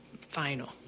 final